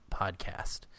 podcast